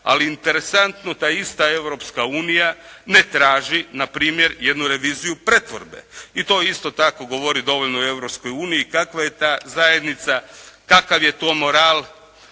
ali interesantno, ta ista Europska unija ne traži npr. jednu reviziju pretvorbe. I to isto tako govori dovoljno o Europskoj uniji i kakva je ta zajednica, kakav je to moral,